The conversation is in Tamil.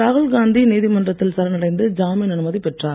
ராகுல்காந்தி நீதிமன்றத்தில் சரணடைந்து ஜாமீன் அனுமதி பெற்றார்